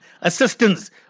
assistance